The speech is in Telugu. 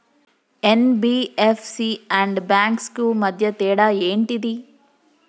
ఎన్.బి.ఎఫ్.సి అండ్ బ్యాంక్స్ కు మధ్య తేడా ఏంటిది?